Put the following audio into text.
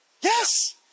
Yes